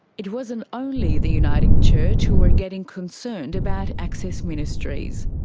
it wasn't only the uniting church who were getting concerned about access ministries.